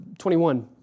21